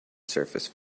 surface